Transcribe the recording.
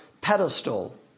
pedestal